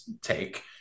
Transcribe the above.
take